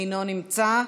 אינו נמצא,